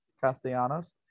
Castellanos